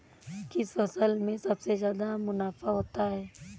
किस फसल में सबसे जादा मुनाफा होता है?